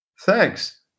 Thanks